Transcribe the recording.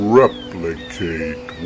replicate